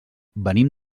venim